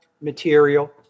material